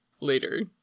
later